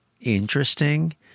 interesting